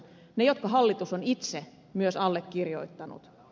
ne jotka hallitus on itse myös allekirjoittanut